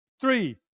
three